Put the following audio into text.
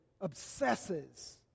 obsesses